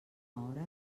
hora